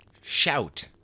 Shout